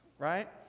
Right